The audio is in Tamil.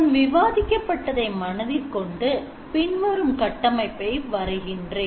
முன் விவாதிக்கப்பட்டதை மனதில் கொண்டு பின்வரும் கட்டமைப்பை வரைகின்றேன்